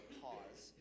pause